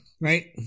right